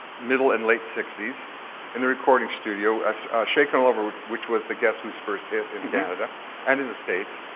middle and late sixty in the recording studio. shakin' all over which which was the guess who's first hit in canada and in the states,